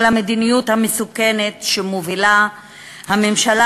על המדיניות המסוכנת שמובילה הממשלה